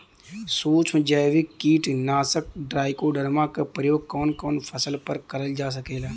सुक्ष्म जैविक कीट नाशक ट्राइकोडर्मा क प्रयोग कवन कवन फसल पर करल जा सकेला?